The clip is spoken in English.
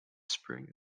spring